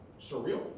surreal